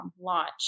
launch